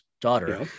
daughter